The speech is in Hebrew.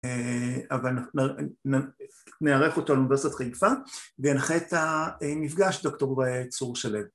אהה אבל נארח אותו באוניברסיטת חיפה וינחה את המפגש, דוקטור צור שלו